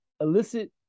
elicit